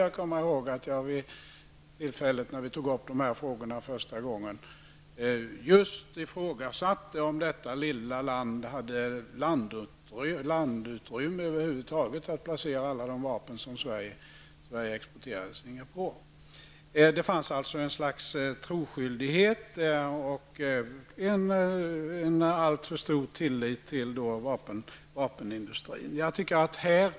Jag kommer ihåg att jag i samband med att vi första gången tog upp dessa frågor just ifrågasatte om detta lilla land över huvud taget hade utrymme nog för att placera alla de vapen som Sverige exporterade dit. Det fanns alltså ett slags troskyldighet och en alltför stor tillit till vapenindustrin.